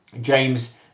James